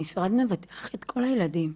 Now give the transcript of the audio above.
המשרד מבטח את כל הילדים,